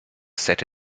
set